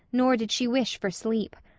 nor did she wish for sleep.